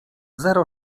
zero